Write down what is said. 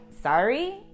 sorry